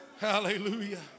Hallelujah